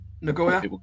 Nagoya